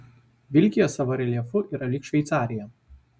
vilkija savo reljefu yra lyg šveicarija